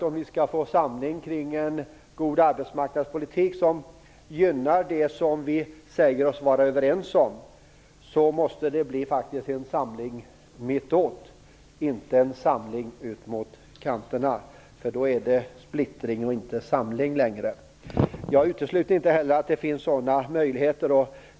Om vi skall få en samling kring en god arbetsmarknadspolitik som gynnar det vi säger oss vara överens om, måste det bli en samling mittåt, inte en samling ut mot kanterna. Då är det splittring, och inte längre samling. Jag utesluter inte heller att det finns sådana möjligheter.